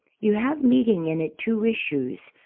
you have meeting in it two issues,